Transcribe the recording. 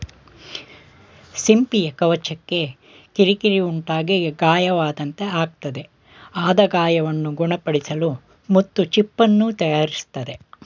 ಸಿಂಪಿಯ ಕವಚಕ್ಕೆ ಕಿರಿಕಿರಿ ಉಂಟಾಗಿ ಗಾಯವಾದಂತೆ ಆಗ್ತದೆ ಆದ ಗಾಯವನ್ನು ಗುಣಪಡಿಸಲು ಮುತ್ತು ಚಿಪ್ಪನ್ನು ತಯಾರಿಸ್ತದೆ